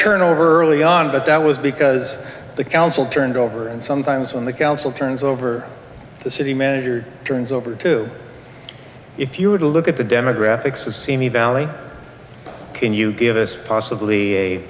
turnover early on but that was because the council turned over and sometimes when the council turns over the city manager turns over to if you were to look at the demographics of simi valley can you give us possibly a